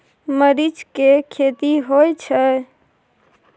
मरीच के खेती होय छय?